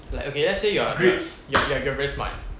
like okay let's say you're you're you're you're you're very smart